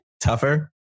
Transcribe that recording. tougher